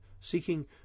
seeking